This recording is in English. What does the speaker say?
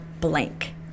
blank